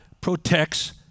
protects